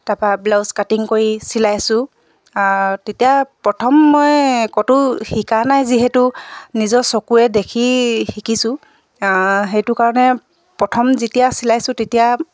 তাৰ পৰা blouse cutting কৰি চিলাইছোঁ তেতিয়া প্ৰথম মই ক'তো শিকা নাই যিহেতু নিজৰ চকুৱে দেখি শিকিছোঁ সেইটো কাৰণে প্ৰথম যেতিয়া চিলাইছোঁ তেতিয়া